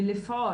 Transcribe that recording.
ולפעול.